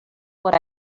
what